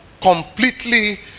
completely